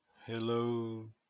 Hello